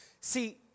See